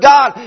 God